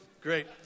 Great